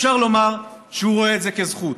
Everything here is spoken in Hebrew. אפשר לומר שהוא רואה את זה כזכות.